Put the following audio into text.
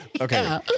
Okay